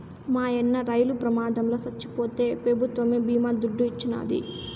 మాయన్న రైలు ప్రమాదంల చచ్చిపోతే పెభుత్వమే బీమా దుడ్డు ఇచ్చినాది